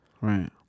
Right